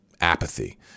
apathy